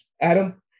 Adam